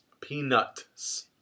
peanuts